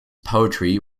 poetry